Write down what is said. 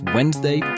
Wednesday